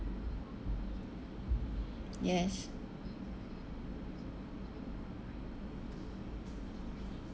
yes